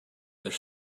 their